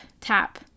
tap